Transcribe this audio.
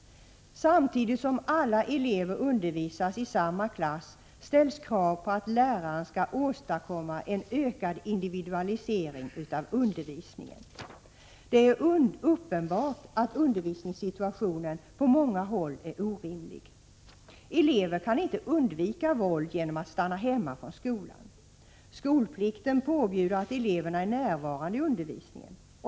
Samtidigt som alla elever undervisas i samma klass ställs krav på att läraren skall åstadkomma en ökad individualisering av undervisningen. Det är uppenbart att undervisningssituationen på många håll är orimlig. Elever kan inte undvika våld genom att stanna hemma från skolan. Skolplikten påbjuder att eleverna är närvarande vid undervisningen.